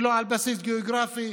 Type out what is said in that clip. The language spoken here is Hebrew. ולא על בסיס גיאוגרפי,